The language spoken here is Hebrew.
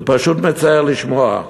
זה פשוט מצער לשמוע.